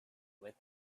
with